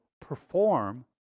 perform